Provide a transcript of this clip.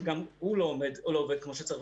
שגם הוא לא עובד כמו שצריך,